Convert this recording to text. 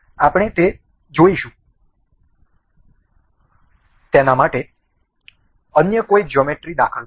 આપણે તે જોઈશું અન્ય કોઈ જ્યોમેટ્રી દાખલ કરીએ